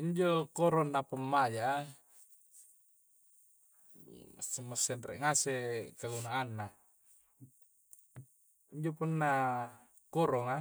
Injo korong na pemmaja'a massing-masing re' ngase kagunaanna injo punna koronga